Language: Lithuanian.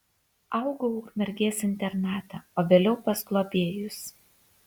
augau ukmergės internate o vėliau pas globėjus